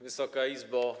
Wysoka Izbo!